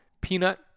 Peanut